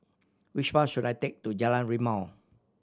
which bus should I take to Jalan Rimau